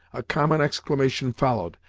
a common exclamation followed,